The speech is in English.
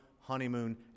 honeymoon